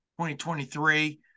2023